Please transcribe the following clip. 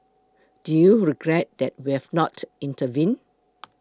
do you regret that we have not intervened